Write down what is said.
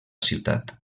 ciutat